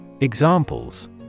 Examples